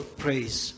praise